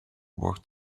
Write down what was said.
woke